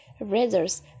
razors